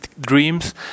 dreams